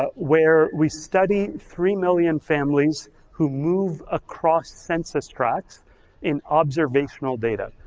ah where we study three million families who move across census tracts in observational data.